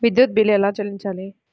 విద్యుత్ బిల్ ఎలా చెల్లించాలి?